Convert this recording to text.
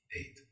eight